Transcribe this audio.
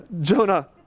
Jonah